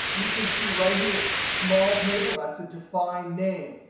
you can see right here, small table, that's a defined name.